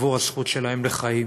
עבור הזכות שלהם לחיים.